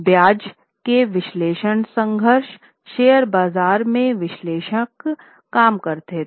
ब्याज के विश्लेषक संघर्ष शेयर बाजार में विश्लेषक काम करते हैं